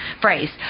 phrase